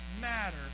matter